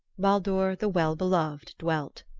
baldur the well-beloved dwelt.